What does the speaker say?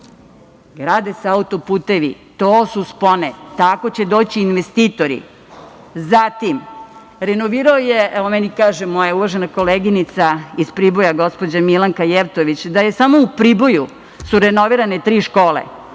Grade se auto-putevi. To su spone. Tako će doći investitori. Zatim, evo meni kaže moja uvažena koleginica iz Priboja, gospođa Milanka Jevtović, da je su samo u Priboju renovirane tri škole.